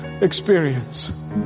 experience